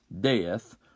death